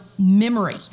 memory